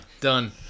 Done